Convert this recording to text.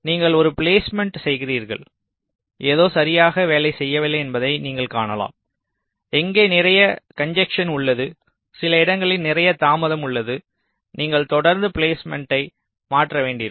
நீங்கள் ஒரு பிலேஸ்மேன்ட் செய்கிறீர்கள் ஏதோ சரியாக வேலை செய்யவில்லை என்பதை நீங்கள் காணலாம் எங்கோ நிறைய கன்ஜஸ்ஸென் உள்ளது சில இடங்களில் நிறைய தாமதம் உள்ளது நீங்கள் தொடர்ந்து பிலேஸ்மேன்ட்டை மாற்ற வேண்டியிருக்கும்